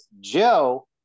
Joe